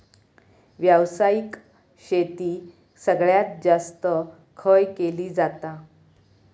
व्यावसायिक शेती सगळ्यात जास्त खय केली जाता?